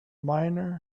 miner